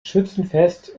schützenfest